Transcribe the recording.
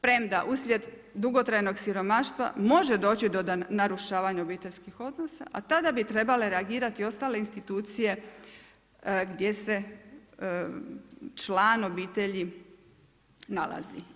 Premda, uslijed, dugotrajnog siromaštva može doći do obiteljskog odnosa, a tada bi trebale reagirati ostale institucije, gdje se član obitelji, nalazi.